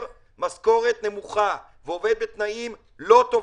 משכורת נמוכה ועובד בתנאים לא טובים.